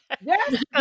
yes